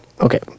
okay